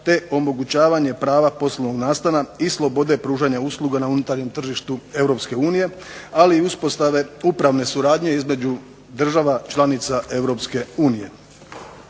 te omogućavanje prava poslovnog nastana i slobode pružanja usluga na unutarnjem tržištu EU, ali i uspostave upravne suradnje između država članica EU.